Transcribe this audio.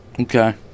Okay